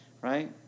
Right